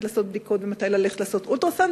לעשות בדיקות ומתי ללכת לעשות אולטרה-סאונד,